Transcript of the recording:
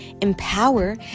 empower